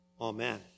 Amen